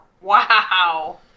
wow